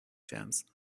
jams